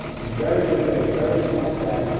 very good guy. very smart guy.